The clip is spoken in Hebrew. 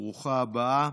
ברוכה הבאה.